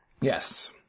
Yes